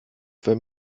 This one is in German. wenn